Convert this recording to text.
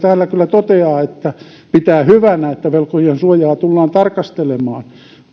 täällä kyllä toteaa että se pitää hyvänä että velkojien suojaa tullaan tarkastelemaan